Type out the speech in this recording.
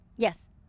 Yes